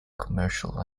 commercial